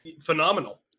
phenomenal